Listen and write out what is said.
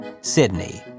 Sydney